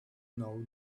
know